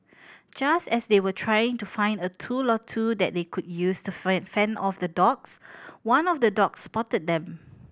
just as they were trying to find a tool or two that they could use to friend fend off the dogs one of the dogs spotted them